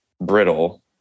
brittle